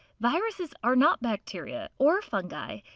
viruses are not bacteria or fungi.